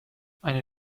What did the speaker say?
eine